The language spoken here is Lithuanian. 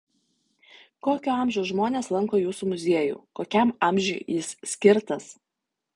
kokio amžiaus žmonės lanko jūsų muziejų kokiam amžiui jis skirtas